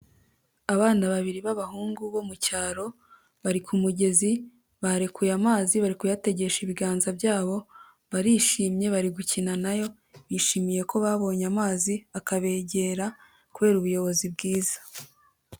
Abana babiri b'abahungu bo mu cyaro, bari ku mugezi barekuye amazi bari kuyategesha ibiganza byabo, barishimye bari gukina na yo, bishimiye ko babonye amazi akabegera kubera ubuyobozi bwiza.